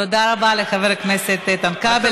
תודה רבה לחבר הכנסת איתן כבל.